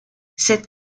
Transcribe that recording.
cette